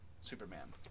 Superman